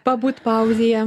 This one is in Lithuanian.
pabūt pauzėje